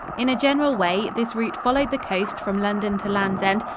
in a general way, this route followed the coast from london to land's end,